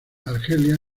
argelia